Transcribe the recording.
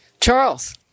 Charles